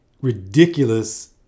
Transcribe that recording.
ridiculous